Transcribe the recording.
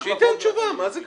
--- שייתן תשובה, מה זה קשור?